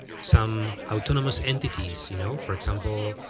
some autonomous entities, you know for example,